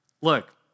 Look